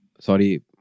sorry